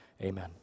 amen